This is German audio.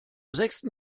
sechsten